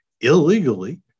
illegally